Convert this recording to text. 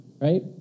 Right